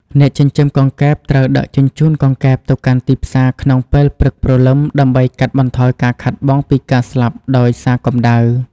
អ្នកចិញ្ចឹមកង្កែបត្រូវដឹកជញ្ជូនកង្កែបទៅកាន់ទីផ្សារក្នុងពេលព្រឹកព្រលឹម ដើម្បីកាត់បន្ថយការខាតបង់ពីការស្លាប់ដោយសារកម្ដៅ។